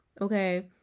Okay